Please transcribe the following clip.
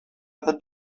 other